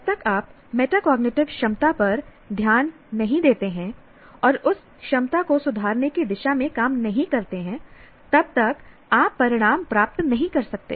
जब तक आप मेटाकॉग्निटिव क्षमता पर ध्यान नहीं देते हैं और उस क्षमता को सुधारने की दिशा में काम नहीं करते हैं तब तक आप परिणाम प्राप्त नहीं कर सकते